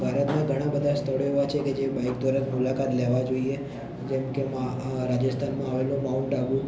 ભારતમાં ઘણા બધા સ્થળો એવા છે કે જે બાઈક દ્વારા જ મુલાકાત લેવા જોઈએ જેમકે રાજસ્થાનમાં આવેલો માઉન્ટ આબુ